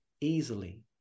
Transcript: easily